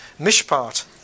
Mishpat